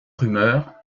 rumeurs